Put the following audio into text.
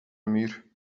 muur